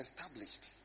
established